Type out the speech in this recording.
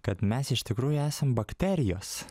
kad mes iš tikrųjų esam bakterijos